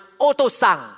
otosang